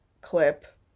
clip